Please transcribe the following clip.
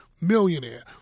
millionaire